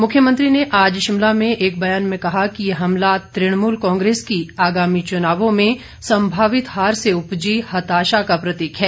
मुख्यमंत्री ने आज शिमला में एक बयान में कहा कि यह हमला तृणमूल कांग्रेस की आगामी चुनावों में संभावित हार से उपजी हताशा का प्रतीक है